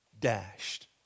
dashed